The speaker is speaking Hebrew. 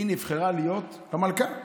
היא נבחרה להיות המלכה.